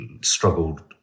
struggled